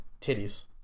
titties